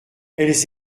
elles